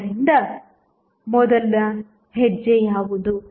ಆದ್ದರಿಂದ ಮೊದಲ ಹೆಜ್ಜೆ ಯಾವುದು